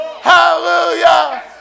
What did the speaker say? Hallelujah